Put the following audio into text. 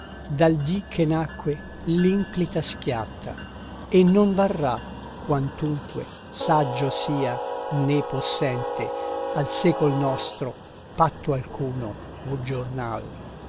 dal dì che nacque l'inclita schiatta e non varrà quantunque saggio sia né possente al secol nostro patto alcuno o giornal